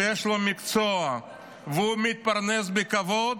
שיש לו מקצוע והוא מתפרנס בכבוד,